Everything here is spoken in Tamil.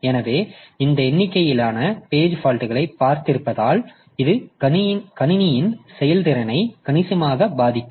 எனவே இந்த எண்ணிக்கையிலான பேஜ் பால்ட்களை பார்த்திருப்பதால் இது கணினியின் செயல்திறனை கணிசமாக பாதிக்கும்